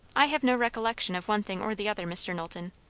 i have no recollection of one thing or the other, mr. knowlton.